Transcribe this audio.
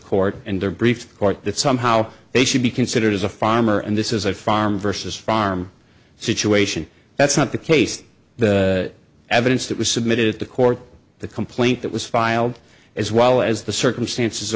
court and their brief court that somehow they should be considered as a farmer and this is a farm versus farm situation that's not the case the evidence that was submitted to court the complaint that was filed as well as the circumstances